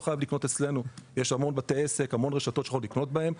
הוא לא חייב לקנות אצלנו; יש המון בתי עסק ורשתות שהוא יכול לקנות בהן,